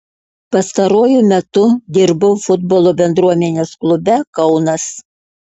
pastaruoju metu dirbau futbolo bendruomenės klube kaunas